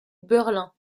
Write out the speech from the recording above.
berlin